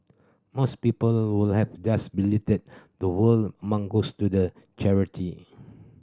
most people would have just believed that the whole amount goes to the charity